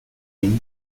این